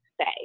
say